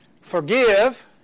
Forgive